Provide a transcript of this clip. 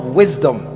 wisdom